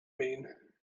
mean